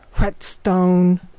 Whetstone